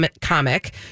comic